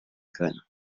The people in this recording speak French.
graines